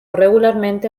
regularmente